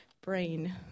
brain